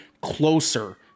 closer